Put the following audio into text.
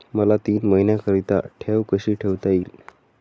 मला तीन महिन्याकरिता ठेव कशी ठेवता येईल?